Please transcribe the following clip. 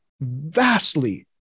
vastly